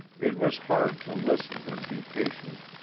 it was hard to listen and be patient,